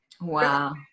wow